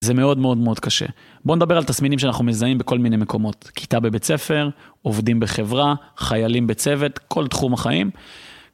זה מאוד מאוד מאוד קשה. בואו נדבר על תסמינים שאנחנו מזהים בכל מיני מקומות. כיתה בבית ספר, עובדים בחברה, חיילים בצוות, כל תחום החיים.